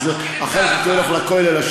אחרת הייתי הולך לכולל,